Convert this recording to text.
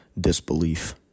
disbelief